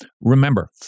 remember